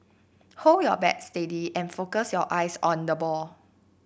hold your bat steady and focus your eyes on the ball